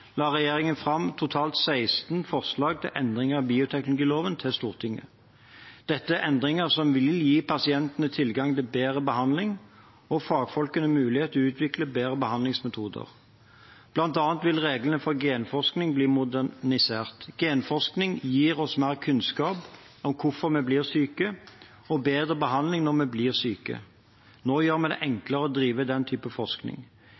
la regjeringen fram totalt 16 forslag til endringer i bioteknologiloven for Stortinget. Dette er endringer som vil gi pasientene tilgang til bedre behandling og fagfolkene mulighet til å utvikle bedre behandlingsmetoder. Blant annet vil reglene for genforskning bli modernisert. Genforskning gir oss mer kunnskap om hvorfor vi blir syke, og bedre behandling når vi blir syke. Nå gjør vi det enklere å drive slik forskning.